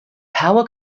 power